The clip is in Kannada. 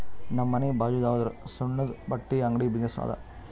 ನಮ್ ಮನಿ ಬಾಜುದಾವ್ರುದ್ ಸಣ್ಣುದ ಬಟ್ಟಿ ಅಂಗಡಿ ಬಿಸಿನ್ನೆಸ್ ಅದಾ